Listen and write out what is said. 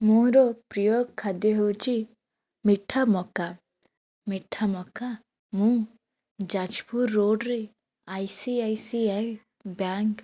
ମୋର ପ୍ରିୟ ଖାଦ୍ୟ ହେଉଛି ମିଠା ମକା ମିଠା ମକା ମୁଁ ଯାଜପୁର ରୋଡ଼ରେ I C I C I bank